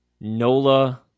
Nola